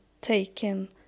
taken